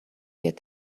yet